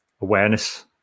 awareness